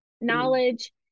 knowledge